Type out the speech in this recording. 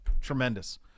Tremendous